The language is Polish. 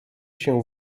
się